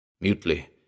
Mutely